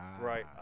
Right